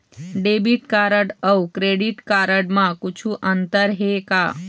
Debit अऊ credit card म कुछू अंतर हे का?